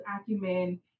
acumen